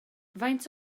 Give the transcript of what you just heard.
faint